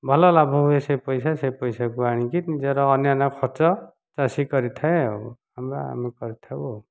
ଭଲ ଲାଭ ହୁଏ ସେ ପଇସା ସେ ପଇସାକୁ ଆଣିକି ନିଜର ଅନ୍ୟାନ୍ୟ ଖର୍ଚ୍ଚ ଚାଷୀ କରିଥାଏ ଆଉ ବା ଆମେ କରିଥାଉ ଆଉ